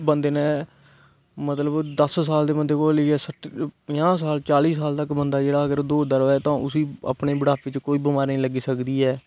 वंदे ने मतलब दस साल से बंदे कोला लेइयै सट्ठ पजांह साल चाली साल तक मतलब कि बंदा जेहडा इक दौड़दा रवे ते तां उसी अपने बुढापे कोई बिमारी नेई लग्गी सकदी ऐ